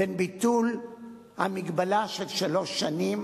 בין ביטול ההגבלה של שלוש שנים